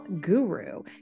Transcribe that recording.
guru